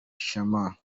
charmant